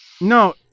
No